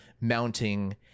mounting